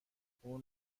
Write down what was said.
اون